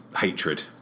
hatred